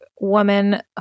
woman